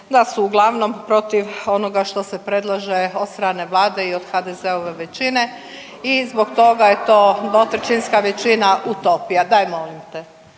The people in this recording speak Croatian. da su uglavnom protiv onoga što se predlaže od strane Vlade i od HDZ-ove većine i zbog toga je to dvotrećinska većina .../Upadica se ne